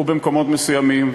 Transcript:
ובמקומות מסוימים,